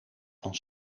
van